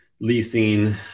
leasing